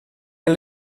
que